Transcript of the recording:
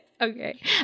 Okay